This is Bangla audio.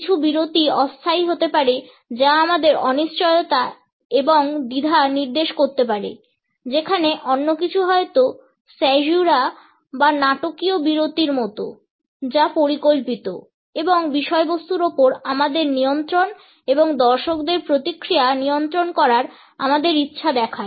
কিছু বিরতি অস্থায়ী হতে পারে যা আমাদের অনিশ্চয়তা এবং দ্বিধা নির্দেশ করতে পারে যেখানে অন্য কিছু হয়তো স্যাযুরা বা নাটকীয় বিরতির মতো যা পরিকল্পিত এবং বিষয়বস্তুর উপর আমাদের নিয়ন্ত্রণ এবং দর্শকদের প্রতিক্রিয়া নিয়ন্ত্রণ করার আমাদের ইচ্ছা দেখায়